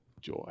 joy